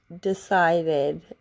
decided